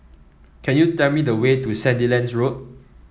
can you tell me the way to Sandilands Road